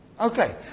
Okay